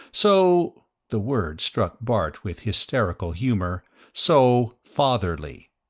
so the word struck bart with hysterical humor so fatherly,